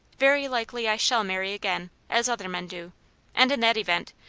very likely i shall marry again, as other men do and in that event,